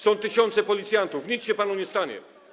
Są tysiące policjantów, nic się panu nie stanie.